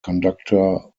conductor